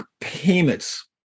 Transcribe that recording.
payments